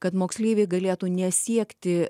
kad moksleiviai galėtų nesiekti